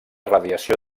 radiació